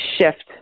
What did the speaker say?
shift